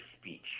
speech